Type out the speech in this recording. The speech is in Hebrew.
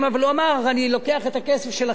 אבל הוא אמר: אני לוקח את הכסף שלכם,